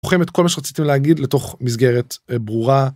עורכים את כל מה שרציתם להגיד לתוך מסגרת ברורה.